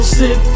sit